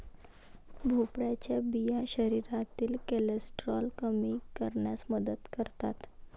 भोपळ्याच्या बिया शरीरातील कोलेस्टेरॉल कमी करण्यास मदत करतात